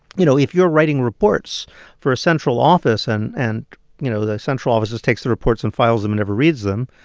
you know, if you're writing reports for a central office and, and you know, the central office takes the reports and files them and never reads them,